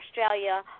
Australia